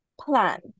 plan